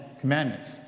Commandments